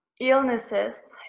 illnesses